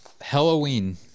Halloween